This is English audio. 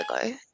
ago